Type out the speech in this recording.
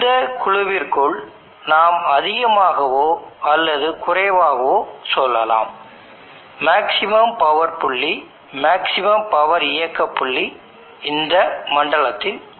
இந்த குழுவிற்குள் நாம் அதிகமாகவோ அல்லது குறைவாகவோ சொல்லலாம் மேக்ஸிமம் பவர் புள்ளி மேக்ஸிமம் பவர் இயக்க புள்ளி இந்த மண்டலத்தில் உள்ளது